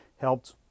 helped